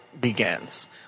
begins